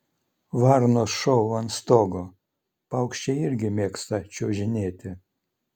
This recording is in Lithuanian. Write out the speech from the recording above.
varnos šou ant stogo paukščiai irgi mėgsta čiuožinėti